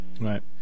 Right